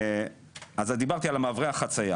אז דיברתי על מעברי החצייה